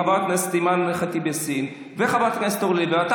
חברת הכנסת אימאן ח'טיב יאסין וחברת הכנסת אורלי לוי אבקסיס.